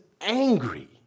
angry